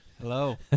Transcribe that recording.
Hello